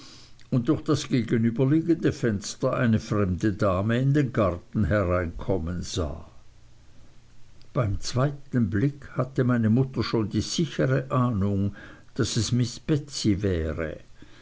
und durch das gegenüberliegende fenster eine fremde dame in den garten hereinkommen sah beim zweiten blick hatte meine mutter schon die sichere ahnung daß es miß betsey wäre